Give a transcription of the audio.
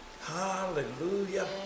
Hallelujah